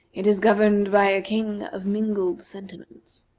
it is governed by a king of mingled sentiments.